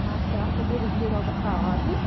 اچھا اچھا تُلِو بِہو رۄبس حوال